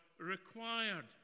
required